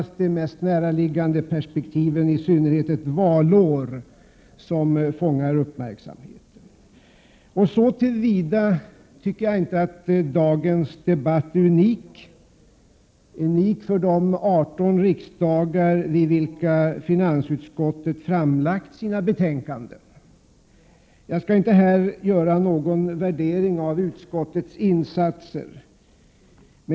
Det är de mera näraliggande perspektiven, i synnerhet ett valår, som fångar uppmärksamheten. Så till vida är dagens debatt inte unik för de 18 riksdagar vid vilka finansutskottet framlagt sina betänkanden. Jag skall inte här göra någon värdering av utskottets insatser.